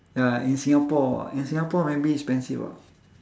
ya in singapore in singapore maybe expensive ah